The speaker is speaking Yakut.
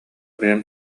бэйэм